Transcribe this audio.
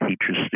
Teachers